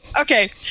Okay